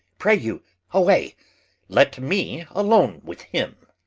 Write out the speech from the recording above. pray you away let me alone with him.